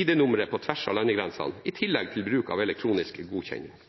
ID-numre på tvers av landegrensene, i tillegg til bruk av elektronisk godkjenning.